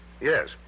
Yes